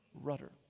rudder